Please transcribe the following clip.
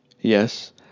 Yes